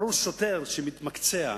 ברור ששוטר שמתמקצע,